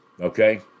okay